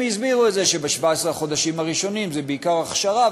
הם הסבירו את זה ש-17 החודשים הראשונים הם בעיקר הכשרה,